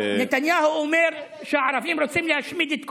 נתניהו אומר: הערבים רוצים להשמיד את כולנו,